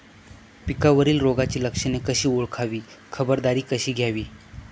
पिकावरील रोगाची लक्षणे कशी ओळखावी, खबरदारी कशी घ्यावी?